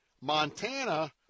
Montana